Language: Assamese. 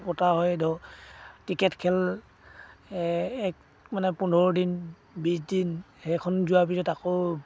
পতা হয় ধৰ ক্ৰিকেট খেল এক মানে পোন্ধৰদিন বিছদিন সেইখন যোৱাৰ পিছত আকৌ